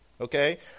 okay